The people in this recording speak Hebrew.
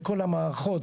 וכל המערכות